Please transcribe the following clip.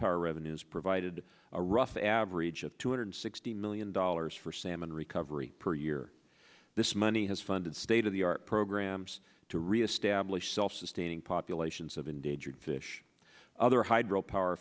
power revenues provided a rough average of two hundred sixty million dollars for salmon recovery per here this money has funded state of the art programs to reestablish self sustaining populations of endangered fish other hydro power